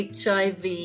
HIV